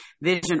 vision